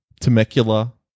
Temecula